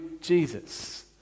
Jesus